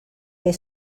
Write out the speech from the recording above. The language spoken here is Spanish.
del